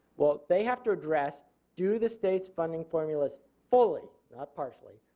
well, they have to address do the states funding formulas fully not partially,